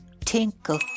tinkle